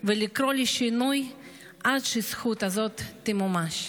ולקרוא לשינוי עד שהזכות הזאת תמומש.